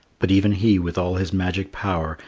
but even he, with all his magic power,